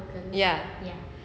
ya